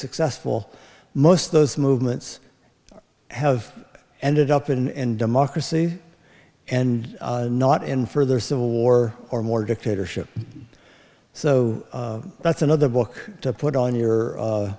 successful most of those movements have ended up in democracy and not in further civil war or more dictatorship so that's another book to put on your